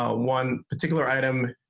ah one particular item.